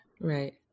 Right